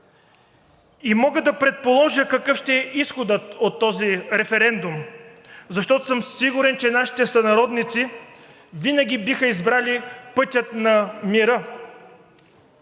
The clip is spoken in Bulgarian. Мога да предположа какъв ще е изходът от този референдум, защото съм сигурен, че нашите сънародници винаги биха избрали пътя на мира.